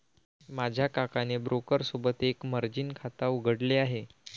माझ्या काकाने ब्रोकर सोबत एक मर्जीन खाता उघडले आहे